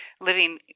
living